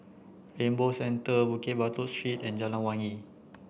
Rainbow Centre Bukit Batok Street and Jalan Wangi